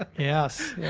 ah yes. yeah